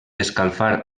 escalfar